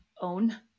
own